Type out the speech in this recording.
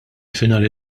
finali